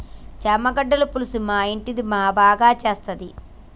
చామగడ్డల పులుసు మా ఇంటిది మా బాగా సేత్తది